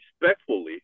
respectfully